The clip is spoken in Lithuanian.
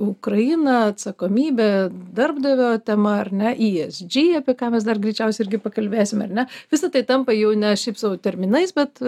ukraina atsakomybė darbdavio tema ar ne esg apie ką mes dar greičiausiai irgi pakalbėsime ar ne visa tai tampa jau ne šiaip sau terminais bet